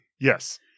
Yes